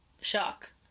Shock